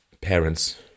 parents